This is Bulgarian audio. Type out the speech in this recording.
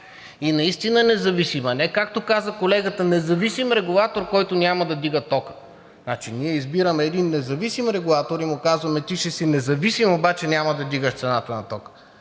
И наистина е независим, а не, както каза колегата, независим регулатор, който няма да вдига тока. Значи, ние избираме един независим регулатор и му казваме: ти ще си независим, обаче няма да вдигаш цената на тока.